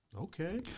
Okay